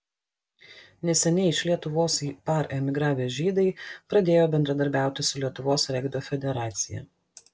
neseniai iš lietuvos į par emigravę žydai pradėjo bendradarbiauti su lietuvos regbio federacija